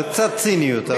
בקצת ציניות.